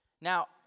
Now